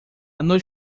noite